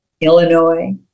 Illinois